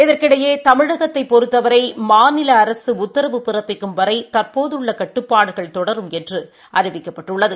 இதற்கிடையே தமிழகத்தைப் பொறுத்தவரை மாநில அரசு உத்தரவு பிறப்பிக்கும் வரை தற்போதுள்ள கட்டுப்பாடுகள் தொடரும் என்று அறிவிக்கப்பட்டுள்ளது